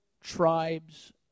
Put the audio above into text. tribes